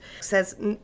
says